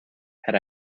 had